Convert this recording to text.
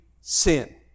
sin